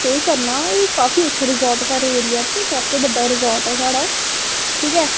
stay करना ऐह् काफी अच्छा रिज़ाड़ ऐ साढ़े एरिया च सब तो बड्डा रिज़ाड़ ऐ साढ़ा ठीक ऐ